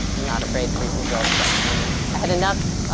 i'm not afraid to read results section. i had enough